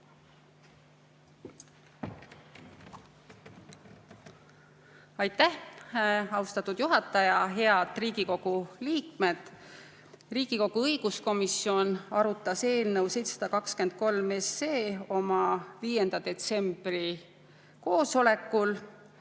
Aitäh, austatud juhataja! Head Riigikogu liikmed! Riigikogu õiguskomisjon arutas eelnõu 723 oma 5. detsembri koosolekul